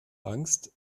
angst